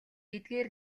эдгээр